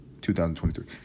2023